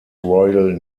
royal